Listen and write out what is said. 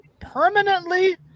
permanently